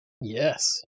Yes